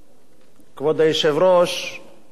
כבוד היושב-ראש, אני חושב